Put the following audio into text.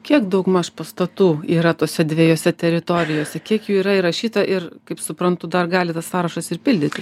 kiek daugmaž pastatų yra tose dviejose teritorijose kiek jų yra įrašyta ir kaip suprantu dar gali tas sąrašas ir pildyti